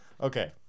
Okay